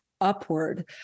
upward